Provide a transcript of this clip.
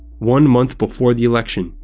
one month before the election,